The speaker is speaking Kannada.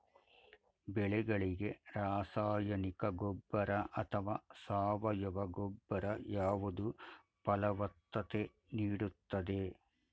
ಬೆಳೆಗಳಿಗೆ ರಾಸಾಯನಿಕ ಗೊಬ್ಬರ ಅಥವಾ ಸಾವಯವ ಗೊಬ್ಬರ ಯಾವುದು ಫಲವತ್ತತೆ ನೀಡುತ್ತದೆ?